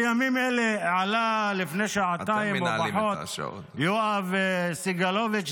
בימים אלה עלה לפני שעתיים או פחות יואב סגלוביץ',